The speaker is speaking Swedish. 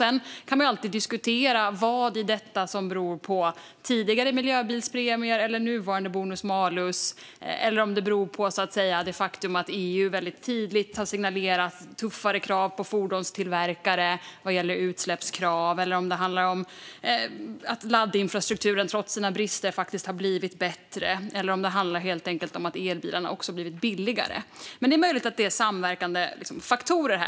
Sedan kan man alltid diskutera vad som beror på tidigare miljöbilspremier eller nuvarande bonus-malus. Eller beror det på att EU tydligt har signalerat tuffare krav på fordonstillverkare vad gäller utsläpp, eller handlar det om att laddinfrastrukturen trots sina brister har blivit bättre? Handlar det helt enkelt om att elbilarna också har blivit billigare? Det är möjligt att det är samverkande faktorer.